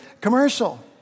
commercial